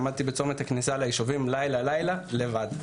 עמדתי בצומת הכניסה ליישובים לילה-לילה לבד.